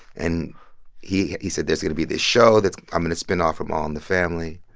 and he he said, there's going to be this show that i'm going to spin off from all in the family.